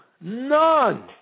none